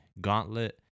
Gauntlet